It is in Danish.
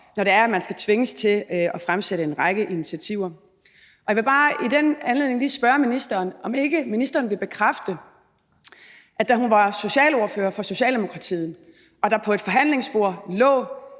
når det er sådan, at man skal tvinges til at fremsætte en række initiativer. I den anledning vil jeg bare lige spørge ministeren, om ikke ministeren vil bekræfte, at da hun var socialordfører for Socialdemokratiet og der på et forhandlingsbord lå